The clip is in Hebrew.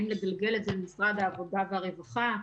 האם לגלגל את זה למשרד העבודה והרווחה,